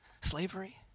slavery